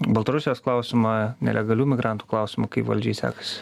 baltarusijos klausimą nelegalių migrantų klausimą kaip valdžiai sekasi